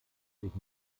sich